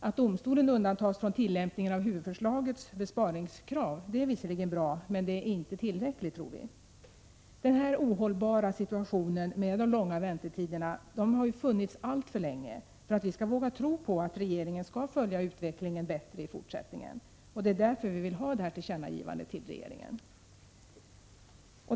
Att domstolarna undantas från tillämpningen av huvudförslagets besparingskrav är visserligen bra, men det är inte tillräckligt, tror vi. Den ohållbara situationen med de långa väntetiderna har rått alltför länge för att vi skall våga tro på att regeringen skall följa utvecklingen bättre i fortsättningen. Det är därför vi vill ha detta tillkännagivande till regeringen.